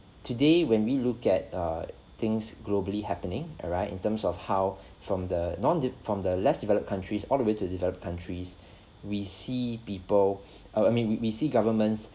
today when we look at err things globally happening alright in terms of how from the non dip from the less developed countries all the way to developed countries we see people err I mean we we see governments